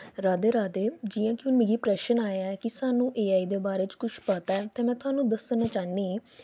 राधे राधे जि'यां कि मिगी हून प्रश्न आया ऐ कि सानूं ए आई दे बारे च कुछ पता ऐ ते में तुआनूं दस्सना चाह्नी